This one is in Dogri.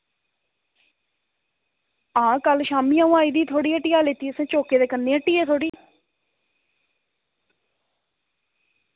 हां कल शाम्मी आऊं आई दी थुआढ़ी हट्टिया दा लेती असें चौके दे कन्नै हट्टी ऐ थुआढ़ी